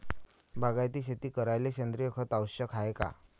बागायती शेती करायले सेंद्रिय खत आवश्यक हाये का?